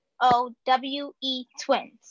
O-W-E-twins